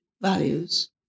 values